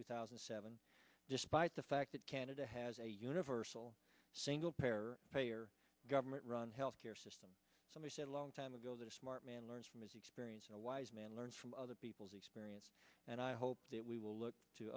two thousand and seven despite the fact that canada has a universal single payer payer government run health care system so i said long time ago the smart man learns from his experience a wise man learns from other people's experience and i hope that we will look to